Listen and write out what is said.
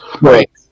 Right